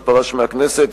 שפרש מהכנסת,